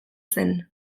zen